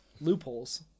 Loopholes